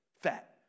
fat